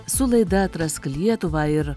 su laida atrask lietuvą ir